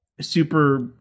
super